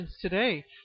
today